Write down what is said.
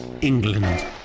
England